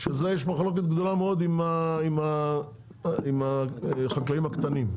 שזה יש מחלוקת גדולה מאוד עם החקלאים הקטנים.